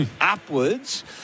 upwards